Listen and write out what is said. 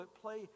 play